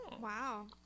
Wow